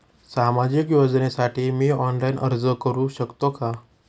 सामाजिक योजनेसाठी मी ऑनलाइन अर्ज करू शकतो का?